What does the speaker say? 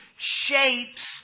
shapes